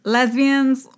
Lesbians